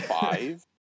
five